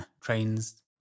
trains